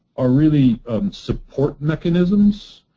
are really support mechanisms.